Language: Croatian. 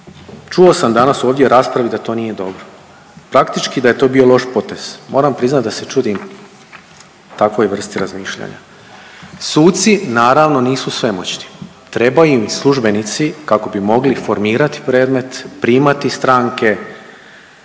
Čuo sam danas ovdje u raspravi da to nije dobro, praktički da je to bio loš potez. Moram priznat da se čudim takvoj vrsti razmišljanja. Suci naravno nisu svemoćni, trebaju im službenici kako bi mogli formirati predmet, primati stranke,